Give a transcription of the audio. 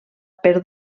per